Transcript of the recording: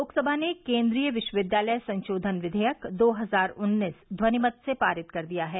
लोकसभा ने केंद्रीय विश्वविद्यालय संशोधन विघेयक दो हजार उन्नीस ध्वनिमत से पारित कर दिया है